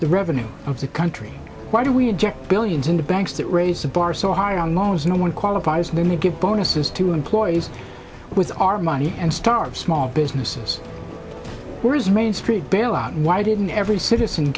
the revenues of the country why do we inject billions into banks that raise the bar so high on loans no one qualifies when we get bonuses to employees with our money and start small businesses whose main street bailout why didn't every citizen